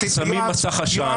שמים מסך עשן,